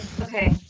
Okay